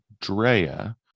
Drea